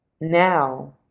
now